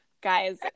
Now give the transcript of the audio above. guys